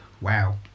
Wow